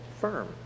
firm